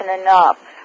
enough